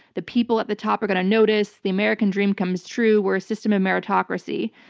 the people at the top are going to notice, the american dream comes true. we're a system of meritocracy.